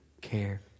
care